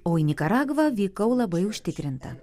o į nikaragvą vykau labai užtikrinta